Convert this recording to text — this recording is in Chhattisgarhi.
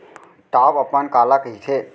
टॉप अपन काला कहिथे?